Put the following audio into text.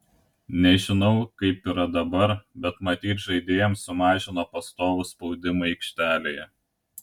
nežinau kaip yra dabar bet matyt žaidėjams sumažino pastovų spaudimą aikštelėje